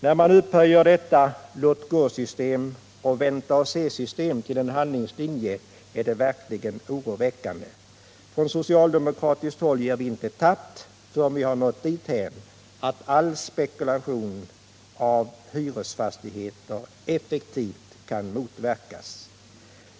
När man upphöjer detta låt-gå-system och vänta-och-sesystem till en handlingslinje är det verkligen oroväckande. Från socialdemokratiskt håll ger vi inte tappt förrän vi har nått dithän att all spekulation i hyresfastigheter effektivt kan motverkas.